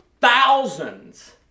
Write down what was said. thousands